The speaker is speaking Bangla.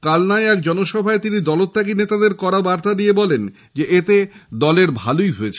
কালনায় এক জনসভায় তিনি দলত্যাগী নেতাদের কড়া বার্তা দিয়ে বলেন এতে দলের ভালোই হয়েছে